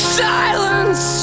silence